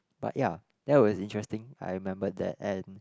but ya that was interesting I remembered that and